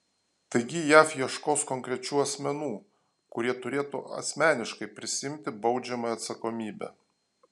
taigi jav ieškos konkrečių asmenų kurie turėtų asmeniškai prisiimti baudžiamąją atsakomybę